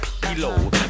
pillow